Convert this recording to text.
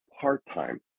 part-time